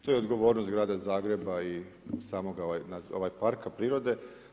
To je odgovornost grada Zagreba i samoga parka prirode.